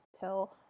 till